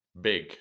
big